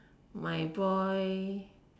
my boy